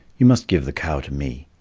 you must give the cow to me.